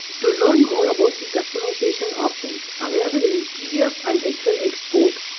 to learn more about the customization options available in pdf and excel export.